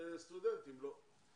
וסטודנטים לא.